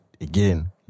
again